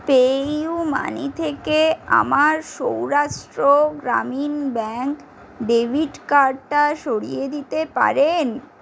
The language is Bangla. পেইউ মানি থেকে আমার সৌরাষ্ট্র গ্রামীণ ব্যাঙ্ক ডেবিট কার্ডটা সরিয়ে দিতে পারেন